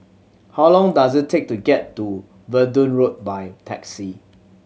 how long does it take to get to Verdun Road by taxi